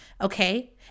okay